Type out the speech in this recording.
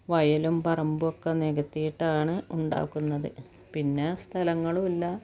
വയലും പറമ്പുമൊക്കെ നികത്തിയിട്ടാണ് ഉണ്ടാക്കുന്നത് പിന്നെ സ്ഥലങ്ങളുമില്ല